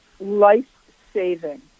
life-saving